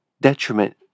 detriment